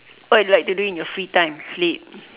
what you like to do in your free time sleep